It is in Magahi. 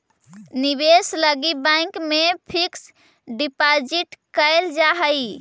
निवेश लगी बैंक में फिक्स डिपाजिट कैल जा हई